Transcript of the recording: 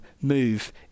move